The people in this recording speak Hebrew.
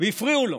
והפריעו לו,